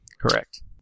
Correct